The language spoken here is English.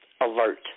alert